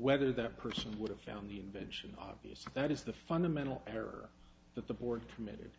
whether that person would have found the invention obvious that is the fundamental error that the board committed